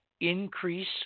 increase